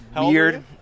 weird